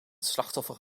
slachtoffer